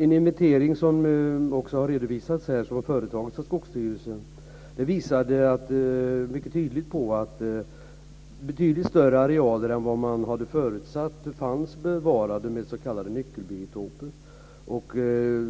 En inventering, som företagits av Skogsstyrelsen och som redovisas här, visade mycket tydligt att betydligt större arealer än vad man hade förutsatt fanns bevarade med s.k. nyckelbiotoper.